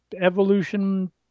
evolution